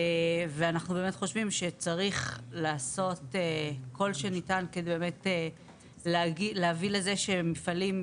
ואנחנו באמת חושבים שצריך לעשות כל שניתן כדי באמת להביא לזה שמפעלים,